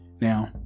Now